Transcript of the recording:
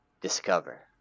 Discover